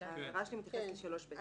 ל-3(ב) - כן.